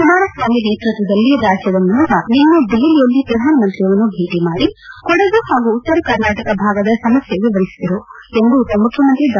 ಕುಮಾರಸ್ವಾಮಿ ನೇತೃತ್ವದಲ್ಲಿ ರಾಜ್ಯದ ನಿಯೋಗ ನಿಸ್ನೆ ದೆಹಲಿಯಲ್ಲಿ ತೆರಳಿ ಪ್ರಧಾನಮಂತ್ರಿಯವರನ್ನು ಭೇಟಿ ಮಾಡಿ ಕೊಡಗು ಹಾಗೂ ಉತ್ತರಕರ್ನಾಟಕ ಭಾಗದ ಸಮಸ್ಥೆ ವಿವರಿಸಿತು ಎಂದು ಉಪಮುಖ್ಯಮಂತ್ರಿ ಡಾ